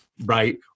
right